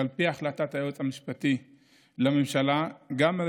ועל פי החלטת היועץ המשפטי לממשלה גם על